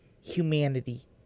humanity